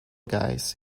guys